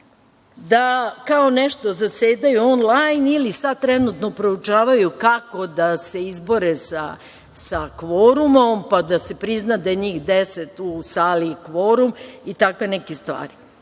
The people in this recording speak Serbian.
da kao nešto zasedaju on-lajn, ili sad nešto trenutno proučavaju kako da se izbore sa kvorumom, pa da se prizna da je njih 10 u sali kvorum, i takve neke stvari.